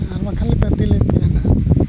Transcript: ᱟᱨ ᱵᱟᱠᱷᱟᱱᱞᱮ ᱵᱟᱹᱛᱤᱞᱮᱫ ᱯᱮᱭᱟ ᱱᱟᱜᱷ